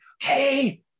hey